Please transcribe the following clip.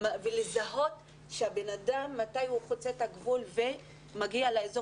ולזהות מתי בן אדם חוצה את הגבול ומגיע לאזור